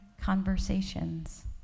conversations